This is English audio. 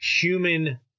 human